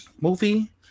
Movie